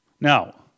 Now